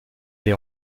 les